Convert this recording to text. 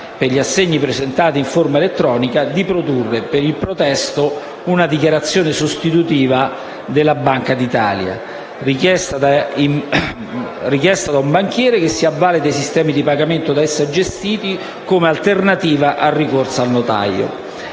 per gli assegni presentati in forma elettronica, di produrre per il protesto una dichiarazione sostitutiva della Banca d'Italia, richiesta da un banchiere che si avvale dei sistemi di pagamento da essa gestiti come alternativa al ricorso al notaio.